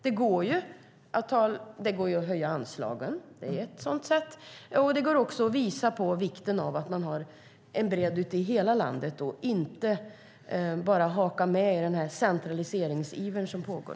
Det går att höja anslaget, och det går också att visa på vikten av att ha en bredd i hela landet och inte bara haka på den centraliseringsiver som pågår.